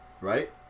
right